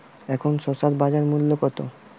এখন শসার বাজার মূল্য কত?